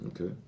Okay